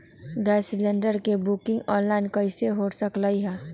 Gas cylinder के booking online कईसे हो सकलई ह?